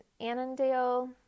Annandale